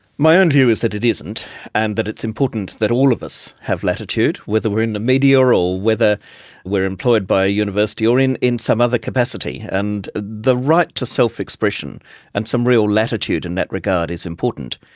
my own view is that it isn't and that it's important that all of us have latitude, whether we are in the media or or whether we are employed by university or in in some other capacity. and the right to self-expression and some real latitude in that regard is important.